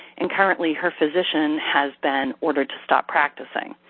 and currently, her physician has been ordered to stop practicing